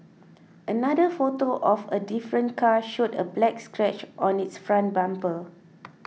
another photo of a different car showed a black scratch on its front bumper